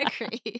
agree